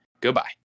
Goodbye